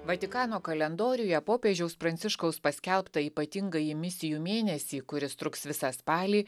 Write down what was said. vatikano kalendoriuje popiežiaus pranciškaus paskelbtą ypatingąjį misijų mėnesį kuris truks visą spalį